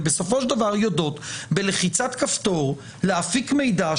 ובסופו של דבר יודעות להפיק מידע,